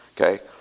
Okay